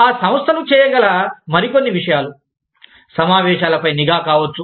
ఆ సంస్థలు చేయగల మరి కొన్నివిషయాలు సమావేశాల పై నిఘా కావచ్చు